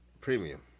Premium